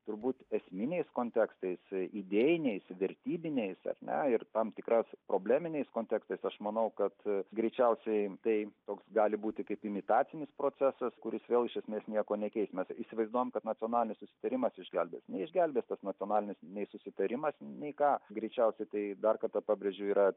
turbūt esminiais kontekstai idėjiniais vertybiniais ar ne ir tam tikras probleminiais kontekstais aš manau kad greičiausiai tai toks gali būti kaip imitacinis procesas kuris vėl iš esmės nieko nekeis mes įsivaizduojam kad nacionalinis susitarimas išgelbės neišgelbės tas nacionalinis nei susitarimas nei ką greičiausiai tai dar kartą pabrėžiu yra